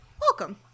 Welcome